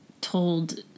told